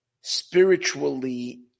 spiritually